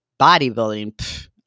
bodybuilding